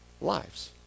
lives